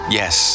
yes